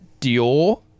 Dior